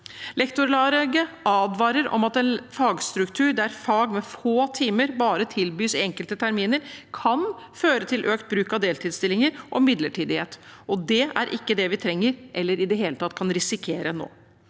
Lektorlaget advarer om at en fagstruktur der fag med få timer bare tilbys i enkelte terminer, kan føre til økt bruk av deltidsstillinger og midlertidighet. Det er ikke det vi trenger, eller i det hele tatt kan risikere, nå.